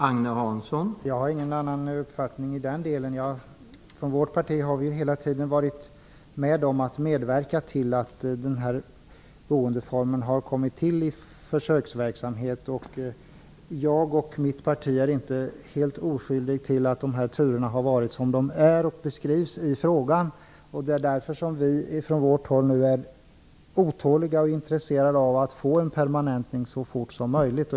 Herr talman! Jag har ingen annan uppfattning i den delen. Vi i Centerpartiet medverkade ju hela tiden för att den här boendeformen skulle komma till som försöksverksamhet. Jag och mitt parti är inte helt oskyldiga till att turerna här har varit som de varit och som de beskrivs i frågan. Därför är vi från vårt håll otåliga och även intresserade av att få en permanentning så fort som möjligt.